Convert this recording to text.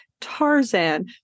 tarzan